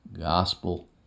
gospel